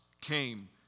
came